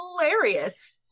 hilarious